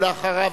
ואחריו